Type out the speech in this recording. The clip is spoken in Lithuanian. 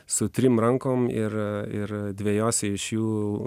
su trim rankom ir ir dvejose iš jų